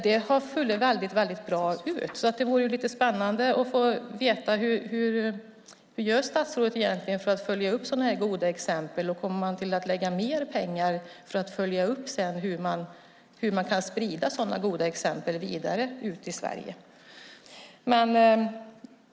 Det har fallit väldigt väl ut. Det vore lite spännande att få veta hur statsrådet egentligen gör för att följa upp sådana goda exempel och om man kommer att lägga mer pengar på att följa upp hur man kan sprida sådana goda exempel vidare ut i Sverige.